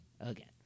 Again